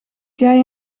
jij